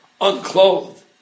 Unclothed